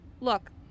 Look